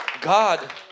God